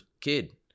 kid